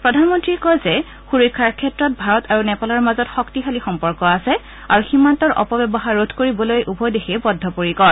প্ৰধানমন্ত্ৰীয়ে কয় যে সূৰক্ষাৰ ক্ষেত্ৰত ভাৰত আৰু নেপালৰ মাজত শক্তিশালী সম্পৰ্ক আছে আৰু সীমান্তৰ অপব্যৱহাৰ ৰোধ কৰিবলৈ উভয় দেশেই বদ্ধপৰিকৰ